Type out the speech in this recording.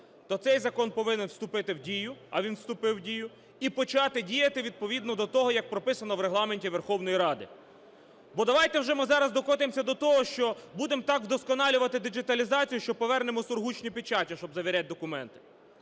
то цей закон повинен вступити в дію, а він вступив у дію, і почати діяти відповідно до того, як прописано в Регламенті Верховної Ради. Бо давайте вже ми зараз докотимося до того, що будемо так вдосконалювати діджиталізацію, що повернемо сургучні печаті, щоб завіряти документи.